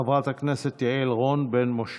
חברת הכנסת יעל רון בן משה.